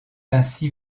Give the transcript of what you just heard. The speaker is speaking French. ainsi